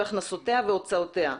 הכנסותיה והוצאותיה.